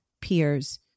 peers